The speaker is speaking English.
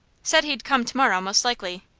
said he'd come to-morrow most likely.